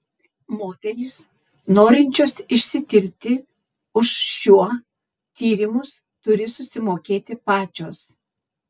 moterys norinčios išsitirti už šiuo tyrimus turi susimokėti pačios